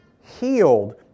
healed